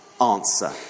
answer